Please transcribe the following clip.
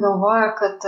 galvoja kad